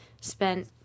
spent